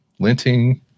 linting